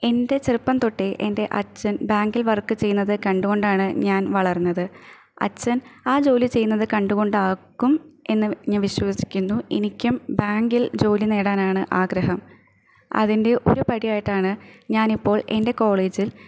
എൻ്റെ ചെറുപ്പം തൊട്ടെ എൻ്റെ അച്ഛൻ ബാങ്കിൽ വർക്ക് ചെയ്യുന്നത് കണ്ട് കൊണ്ടാണ് ഞാൻ വളർന്നത് അച്ഛൻ ആ ജോലി ചെയ്യുന്നത് കണ്ട് കൊണ്ടാകും എന്ന് ഞാൻ വിശ്വസിക്കുന്നു എനിക്കും ബാങ്കിൽ ജോലി നേടാനാണ് ആഗ്രഹം അതിൻ്റെ ഒരുപടി ആയിട്ടാണ് ഞാൻ ഇപ്പോൾ എൻ്റെ കോളേജിൽ